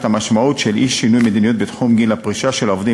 את המשמעות של אי-שינוי מדיניות בתחום גיל הפרישה של העובדים